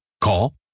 Call